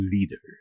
Leader